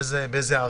תלוי באיזה ערים.